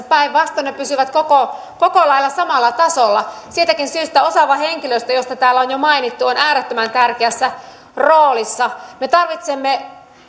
päinvastoin ne pysyvät koko koko lailla samalla tasolla siitäkin syystä osaava henkilöstö josta täällä on jo mainittu on äärettömän tärkeässä roolissa me tarvitsemme